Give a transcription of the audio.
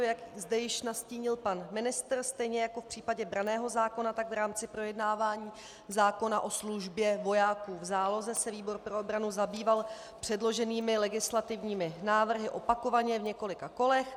Jak zde již nastínil pan ministr, stejně jako v případě branného zákona, tak v rámci projednávání zákona o službě vojáků v záloze se výbor pro obranu zabýval předloženými legislativními návrhy opakovaně v několika kolech.